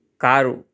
car